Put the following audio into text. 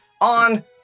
on